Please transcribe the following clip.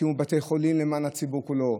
הקימו בתי חולים למען הציבור כולו: